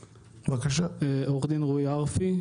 עורך דין רועי ארפי,